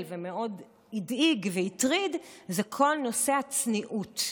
ומאוד הדאיג והטריד זה כל נושא הצניעות.